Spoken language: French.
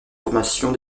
formations